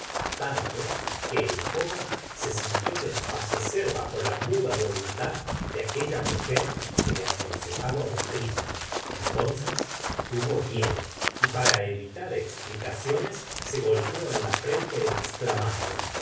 tanto que el joven se sintió desfallecer bajo la muda voluntad de aquella mujer que le aconsejaba un crimen entonces tuvo miedo y para evitar explicaciones se golpeó en la frente exclamando